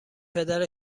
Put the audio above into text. پدر